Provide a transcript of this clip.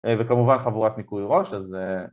‫וכמובן חבורת ניקוי ראש, אז...